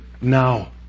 now